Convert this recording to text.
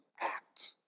act